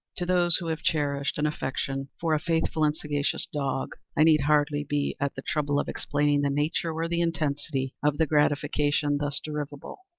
to those who have cherished an affection for a faithful and sagacious dog, i need hardly be at the trouble of explaining the nature or the intensity of the gratification thus derivable.